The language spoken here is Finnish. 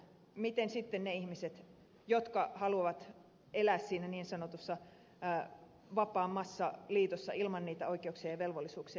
mitä sitten niille ihmisille tapahtuu jotka haluavat elää siinä niin sanotussa vapaammassa liitossa ilman niitä oikeuksia ja velvollisuuksia